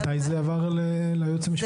מתי זה עבר ליועץ המשפטי לממשלה?